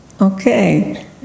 Okay